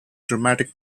dramatic